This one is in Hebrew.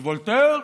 וולטר,